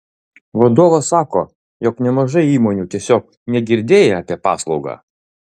vadovas sako jog nemažai įmonių tiesiog negirdėję apie paslaugą